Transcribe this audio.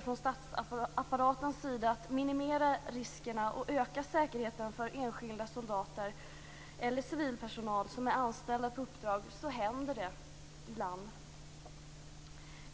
från statsapparatens sida försöker att minimera riskerna och öka säkerheten för enskilda soldater eller civilpersonal som är anställda på uppdrag så händer detta ibland.